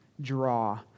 draw